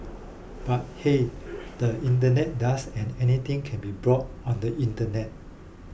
but hey the internet does and anything can be bought on the internet